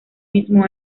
mismo